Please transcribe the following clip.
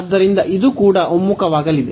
ಆದ್ದರಿಂದ ಇದು ಕೂಡ ಒಮ್ಮುಖವಾಗಲಿದೆ